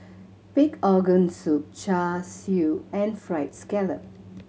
pig organ soup Char Siu and Fried Scallop